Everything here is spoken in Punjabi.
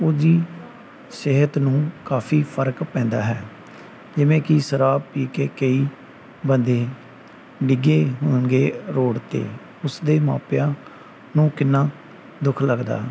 ਉਹਦੀ ਸਿਹਤ ਨੂੰ ਕਾਫੀ ਫਰਕ ਪੈਂਦਾ ਹੈ ਜਿਵੇਂ ਕਿ ਸ਼ਰਾਬ ਪੀ ਕੇ ਕਈ ਬੰਦੇ ਡਿੱਗੇ ਹੋਣਗੇ ਰੋਡ 'ਤੇ ਉਸਦੇ ਮਾਪਿਆਂ ਨੂੰ ਕਿੰਨਾ ਦੁੱਖ ਲੱਗਦਾ